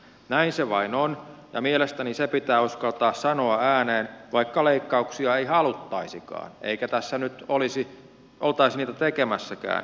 näin se vain on ja mielestäni se pitää uskaltaa sanoa ääneen vaikka leik kauksia ei haluttaisikaan eikä tässä nyt oltaisi niitä tekemässäkään